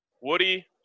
Woody